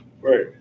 Right